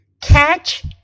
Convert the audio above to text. Catch